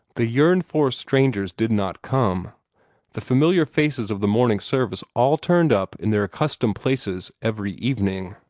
the yearned-for strangers did not come the familiar faces of the morning service all turned up in their accustomed places every evening.